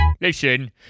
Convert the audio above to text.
Listen